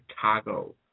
Chicago